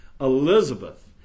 Elizabeth